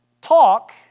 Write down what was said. talk